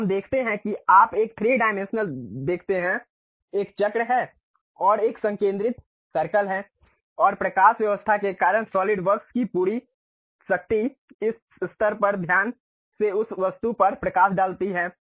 तो हम देखते हैं कि आप एक 3 डायमेंशनल देखते हैं एक चक्र है और एक संकिंद्रिक सर्कल है और प्रकाश व्यवस्था के कारण सॉलिडवर्क्स की पूरी शक्ति इस स्तर पर ध्यान से उस वस्तु पर प्रकाश डालती है